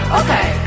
okay